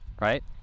right